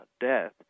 death